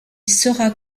sera